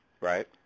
Right